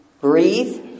breathe